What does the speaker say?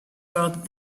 rather